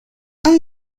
i’m